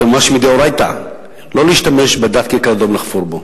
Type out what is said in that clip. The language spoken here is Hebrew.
זה ממש מדאורייתא לא להשתמש בדת כקרדום לחפור בו.